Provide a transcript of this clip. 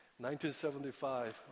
1975